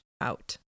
out